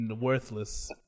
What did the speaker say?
Worthless